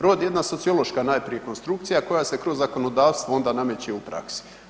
Rod je jedna sociološka najprije konstrukcija koja se kroz zakonodavstvo onda nameće u praksi.